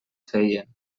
feien